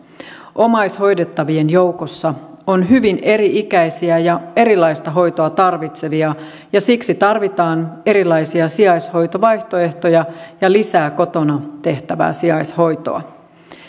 omaishoidettavien joukossa on hyvin eri ikäisiä ja erilaista hoitoa tarvitsevia ja siksi tarvitaan erilaisia sijaishoitovaihtoehtoja ja lisää kotona tehtävää sijaishoitoa